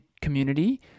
community